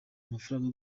amafaranga